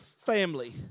family